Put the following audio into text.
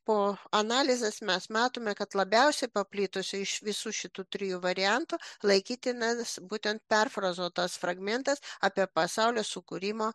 po analizės mes matome kad labiausiai paplitusi iš visų šitų trijų variantų laikytinas būtent perfrazuotas fragmentas apie pasaulio sukūrimą